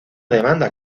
demanda